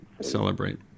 celebrate